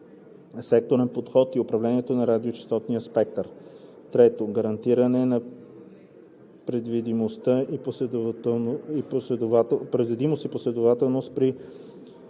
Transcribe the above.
междусекторен подход в управлението на радиочестотния спектър; 3. гарантиране на предвидимост и последователност при